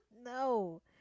no